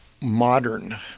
modern